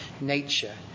nature